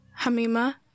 Hamima